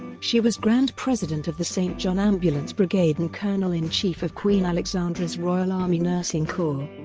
she was grand president of the st john ambulance brigade and colonel-in-chief of queen alexandra's royal army nursing corps.